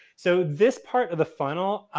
so, this part of the funnel,